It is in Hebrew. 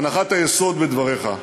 הנחת היסוד בדבריך,